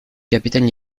capitaine